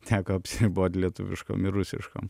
teko apsiriboti lietuviškom ir rusiškom